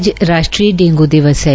आ राष्ट्रीय डेंगू दिवस है